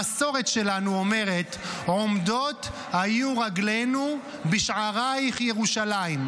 המסורת שלנו אומרת: "עמדות היו רגלינו בשעריך ירושלם".